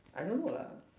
I don't know lah